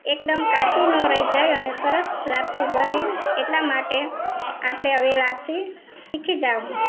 એકદમ કાચી ન રહી જાય અને સરસ લાપસી બને એટલા માટે આપણે હવે લાપસી શીખી જઈશું